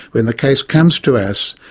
when the case comes to us,